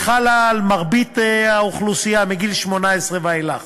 וחלה על מרבית האוכלוסייה מגיל 18 ואילך,